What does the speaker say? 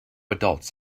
adults